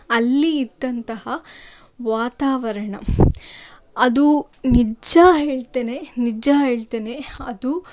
ಅಲ್ಲಿ ಇದ್ದಂತಹ ವಾತಾವರಣ ಅದು ನಿಜ ಹೇಳ್ತೇನೆ ನಿಜ ಹೇಳ್ತೇನೆ ಅದು